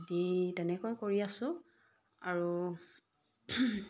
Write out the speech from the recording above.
দি তেনেকৈ কৰি আছোঁ আৰু